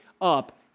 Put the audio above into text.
up